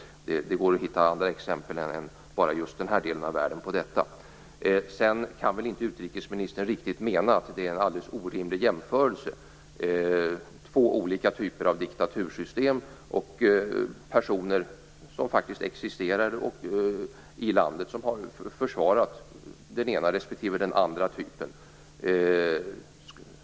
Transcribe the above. Detta går det att hitta andra exempel på än just den här delen av världen. Sedan kan väl utrikesministern inte riktigt mena att jag gör en alldeles orimlig jämförelse. Det gäller två olika typer av diktatursystem och existerande personer som har försvarat den ena respektive den andra typen.